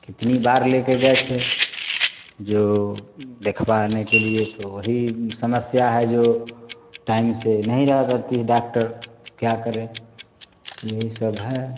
कितनी बार लेके गए थे जो दिखवाने के लिए तो वही समस्या है जो टाइम से नहीं रह जाती है डाक्टर तो क्या करें यही सब है